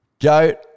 Goat